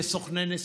יש סוכני נסיעות,